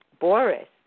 Boris